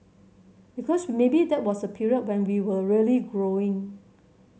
because maybe that was a period when we were really growing